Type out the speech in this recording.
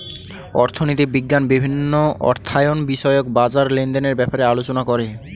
অর্থনীতি বিজ্ঞান বিভিন্ন অর্থায়ন বিষয়ক বাজার লেনদেনের ব্যাপারে আলোচনা করে